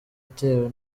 itewe